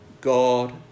God